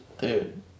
Dude